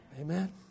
Amen